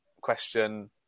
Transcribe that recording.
question